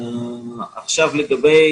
לגבי